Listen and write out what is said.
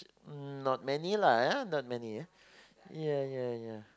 um not many lah yeah not many eh yeah yeah yeah